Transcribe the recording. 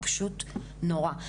הוא פשוט נורא.